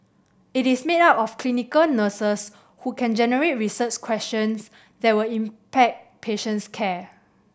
it is made up of clinical nurses who can generate research questions that will impact patients care